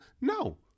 No